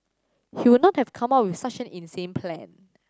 he would not have come up with such an insane plan